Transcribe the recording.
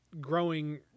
growing